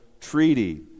treaty